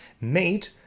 made